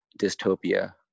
dystopia